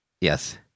Yes